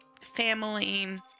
Family